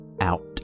Out